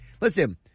listen